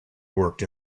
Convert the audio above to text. worked